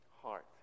heart